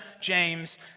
James